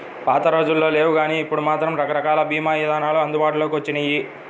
పాతరోజుల్లో లేవుగానీ ఇప్పుడు మాత్రం రకరకాల భీమా ఇదానాలు అందుబాటులోకి వచ్చినియ్యి